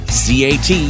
cat